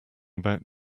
about